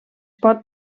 pot